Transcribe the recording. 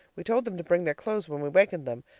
we told them to bring their clothes when we wakened them,